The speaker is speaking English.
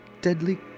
deadly